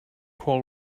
call